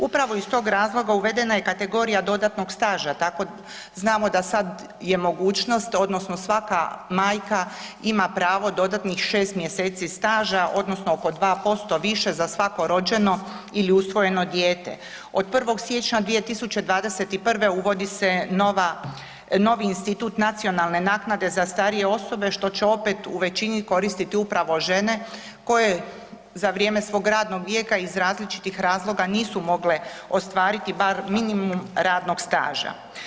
Upravo iz tog razloga uvedena je kategorija dodatnog staža tako znamo da sad je mogućnost odnosno svaka majka ima pravo dodatnih 6 mjeseci staža odnosno oko 2% više za svako rođeno ili usvojeno dijete, od 01. siječnja 2021. uvodi se nova, novi institut nacionalne naknade za starije osobe što će opet u većini koristiti upravo žene koje za vrijeme svog radnog vijeka iz različitih razloga nisu mogle ostvariti bar minimum radnog staža.